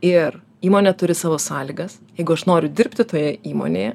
ir įmonė turi savo sąlygas jeigu aš noriu dirbti toje įmonėje